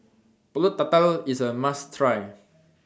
Pulut Tatal IS A must Try